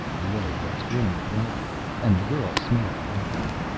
leoh was grinning broadly, and the girl smiled back at him.